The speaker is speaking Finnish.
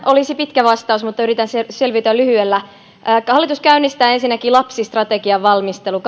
olisi pitkä vastaus mutta yritän selvitä lyhyellä hallitus käynnistää ensinnäkin lapsistrategian valmistelun